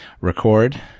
record